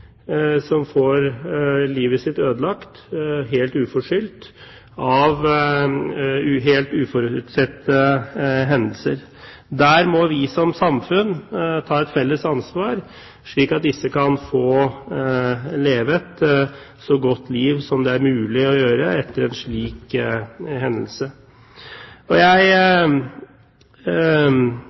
som får livet sitt ødelagt helt uforskyldt av helt uforutsette hendelser. Der må vi som samfunn ta et felles ansvar, slik at disse kan få leve et så godt liv som det er mulig å gjøre etter en slik hendelse. Jeg